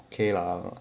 okay lah